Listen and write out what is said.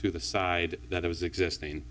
to the side that it was existing